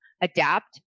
adapt